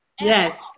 Yes